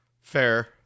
fair